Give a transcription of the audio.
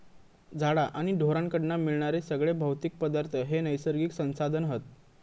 झाडा आणि ढोरांकडना मिळणारे सगळे भौतिक पदार्थ हे नैसर्गिक संसाधन हत